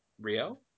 rio